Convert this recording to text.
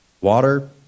Water